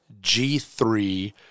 G3